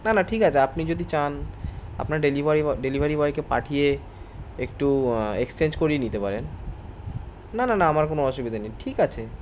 না না ঠিক আছে আপনি যদি চান আপনার ডেলিভারি বয় ডেলিভারি বয়কে পাঠিয়ে একটু এক্সচেঞ্জ করিয়ে নিতে পারেন না না না আমার কোনো অসুবিধে নেই ঠিক আছে